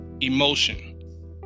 emotion